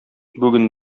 бүген